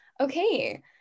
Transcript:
okay